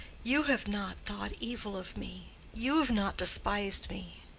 you have not thought evil of me you have not despised me.